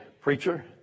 preacher